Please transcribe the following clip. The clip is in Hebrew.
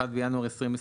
1 בינואר 2024,